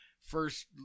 first